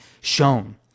shown